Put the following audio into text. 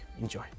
Enjoy